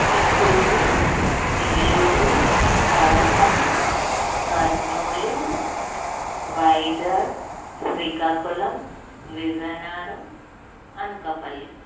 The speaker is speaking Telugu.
చిత్తూరు నెల్లూరు కడప కర్నూలు వైజాగ్ శ్రీకాకుళం విజయనగరం అనకాపల్లి